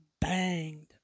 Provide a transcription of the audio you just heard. banged